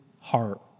heart